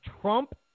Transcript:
Trump